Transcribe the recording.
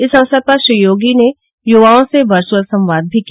इंस अवसर पर श्री योगी ने युवाओं से वर्चुअल संवाद भी किया